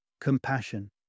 Compassion